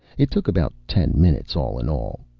it took about ten minutes, all in all.